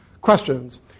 questions